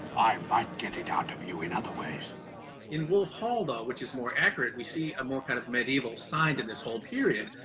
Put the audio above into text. i might get it out of you in other ways. john in wolf hall, though, which is more accurate, we see a more kind of medieval signed in this whole period,